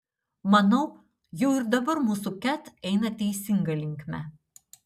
manau jau ir dabar mūsų ket eina teisinga linkme